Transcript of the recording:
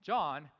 John